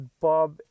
bob